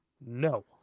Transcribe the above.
No